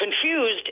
confused